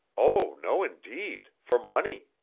oh, no indeed! for money.